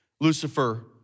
Lucifer